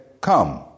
come